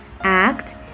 act